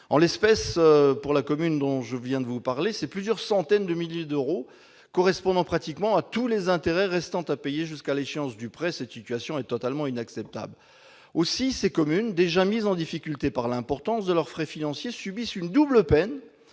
Ainsi, pour la commune dont j'ai parlé, la SFIL exige plusieurs centaines de milliers d'euros, correspondant pratiquement à tous les intérêts restant à payer jusqu'à l'échéance du prêt. Cette situation est totalement inacceptable. Ces communes, déjà mises en difficulté par l'importance de leurs frais financiers, subissent de ce fait une double peine.